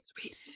Sweet